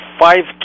five